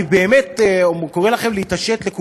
אני באמת קורא לכולם להתעשת.